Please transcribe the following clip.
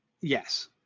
yes